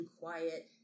quiet